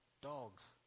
dogs